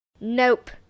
Nope